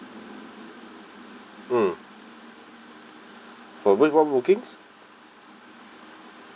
mm for wait what bookings